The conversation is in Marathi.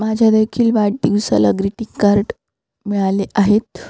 माझ्या देखील वाढदिवसाला ग्रीटिंग कार्ड मिळाले आहेत